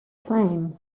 claim